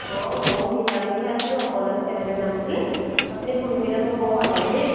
অঁ মইও চিন্তা কৰিহে আছিলোঁ অকলেনো কেনেকৈ যাম বুলি আপুনি ফোন কৰিলে মই বৰ ভাল পালোঁ দেই